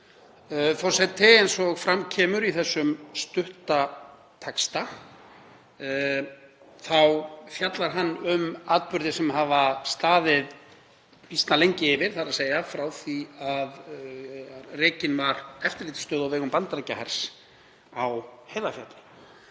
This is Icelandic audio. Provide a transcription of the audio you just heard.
Forseti. Eins og fram kemur í þessum stutta texta þá fjallar hann um atburði sem hafa staðið býsna lengi yfir, þ.e. frá því að rekin var eftirlitsstöð á vegum Bandaríkjahers á Heiðarfjalli.